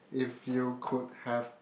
if you could have